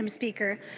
um speaker.